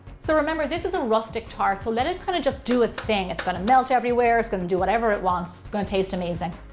so remember this is a rustic tart so let it kind of just do its thing, it's gonna melt everywhere, it's gonna do whatever it wants. it's gonna taste amazing.